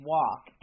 Walk